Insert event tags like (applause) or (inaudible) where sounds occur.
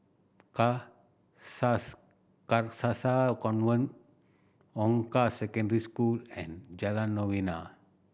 (unintelligible) Carcasa Convent Hong Kah Secondary School and Jalan Novena